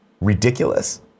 ridiculous